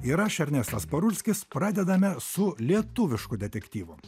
ir aš ernestas parulskis pradedame su lietuvišku detektyvu